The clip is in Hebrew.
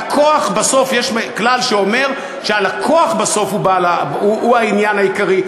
יש כלל שאומר שהלקוח בסוף הוא העניין העיקרי,